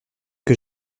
que